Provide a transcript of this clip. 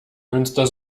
münster